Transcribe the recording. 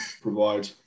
provide